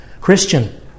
Christian